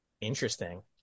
interesting